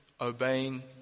obeying